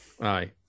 Aye